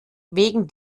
wegen